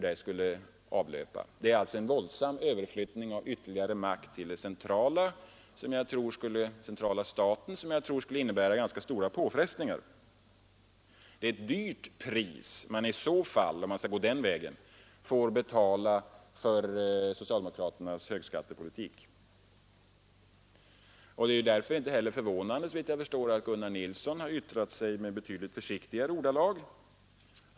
Det är alltså fråga om en våldsam överflyttning av ytterligare makt till den centrala staten som jag tror skulle innebära ganska stora påfrestningar. Om man går den vägen får man betala ett högt pris för socialdemokraternas högskattepolitik. Det är därför inte förvånande att LO:s andre ordförande Gunnar Nilsson har yttrat sig i betydligt försiktigare ordalag i dessa frågor.